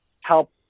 help